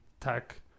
tech